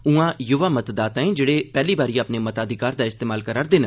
उआं युवा मतदाताएं जेह्ड़े पैह्ली बारी अपने मताधिकार दा इस्तेमाल करा'रदे न